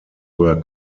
were